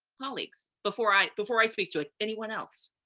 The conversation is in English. colleagues, before i before i speak to it? anyone else?